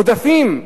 עודפים.